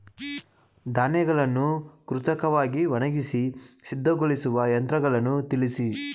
ಧಾನ್ಯಗಳನ್ನು ಕೃತಕವಾಗಿ ಒಣಗಿಸಿ ಸಿದ್ದಗೊಳಿಸುವ ಯಂತ್ರಗಳನ್ನು ತಿಳಿಸಿ?